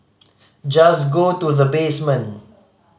just go to the basement